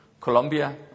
Colombia